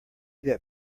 that